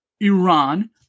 Iran